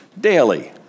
daily